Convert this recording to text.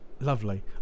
lovely